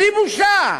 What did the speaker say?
בלי בושה.